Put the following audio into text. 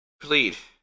Please